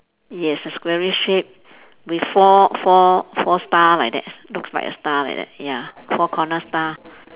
yes the squarish shape with four four four star like that looks like a star like that ya four corner star